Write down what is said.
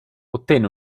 ottenne